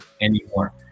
anymore